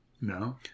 No